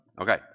Okay